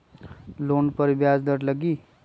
Loan पर ब्याज दर लगी?